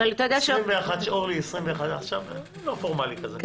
אורלי, עכשיו לא פורמלי כזה.